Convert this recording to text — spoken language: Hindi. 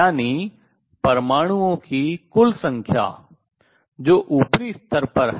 यानी परमाणुओं की कुल संख्या जो ऊपरी स्तर पर हैं